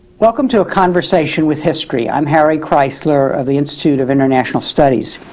welcome to a conversation with history, i'm harry kreisler of the institute of international studies.